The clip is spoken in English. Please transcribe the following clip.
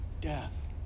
Death